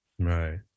right